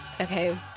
Okay